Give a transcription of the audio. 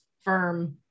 firm